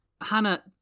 Hannah